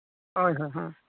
ᱦᱳᱭ ᱦᱳᱭ